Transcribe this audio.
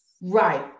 Right